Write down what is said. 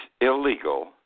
illegal